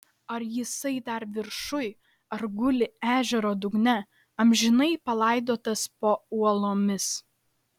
ar jisai dar viršuj ar guli ežero dugne amžinai palaidotas po uolomis